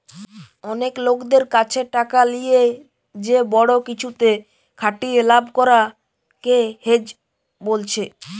অনেক লোকদের কাছে টাকা লিয়ে যে বড়ো কিছুতে খাটিয়ে লাভ করা কে হেজ বোলছে